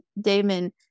Damon